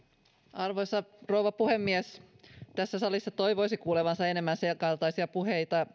arvoisa rouva puhemies tässä salissa toivoisi kuulevansa enemmän senkaltaisia puheita